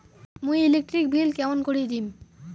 মুই electric bill কেমন করি দিম?